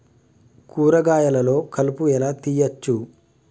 కూరగాయలలో కలుపు ఎలా తీయచ్చు?